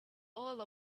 all